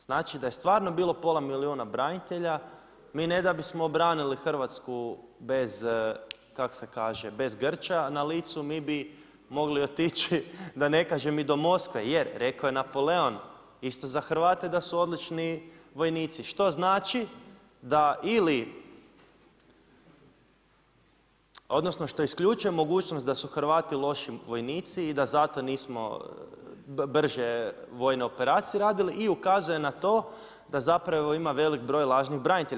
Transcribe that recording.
Znači da je stvarno bilo pola milijuna branitelja, mi ne da bismo obranili Hrvatsku bez grča na licu, mi bi mogli otići da ne kažem, i do Moskve jer rekao je Napoleon isto za Hrvate da su odlični vojnici što znači da ili odnosno što isključuje mogućnost da su Hrvati loši vojnici i da zato nismo brže vojne operacije radili i ukazuje na to da zapravo ima velik broj lažnih branitelja.